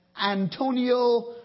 Antonio